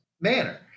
manner